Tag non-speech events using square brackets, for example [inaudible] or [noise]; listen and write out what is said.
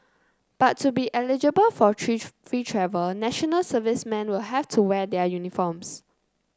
but to be eligible for [unintelligible] free travel National Servicemen will have to wear their uniforms